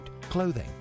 clothing